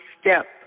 step